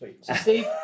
Steve